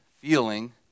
feeling